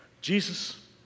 Jesus